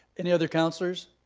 any other councilors?